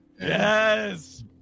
yes